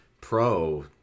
Pro